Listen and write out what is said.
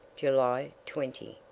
july twenty.